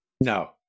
No